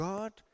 God